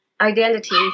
identity